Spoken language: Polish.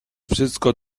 wszystko